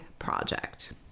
project